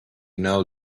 know